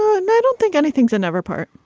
no and i don't think any things are never part.